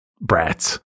brats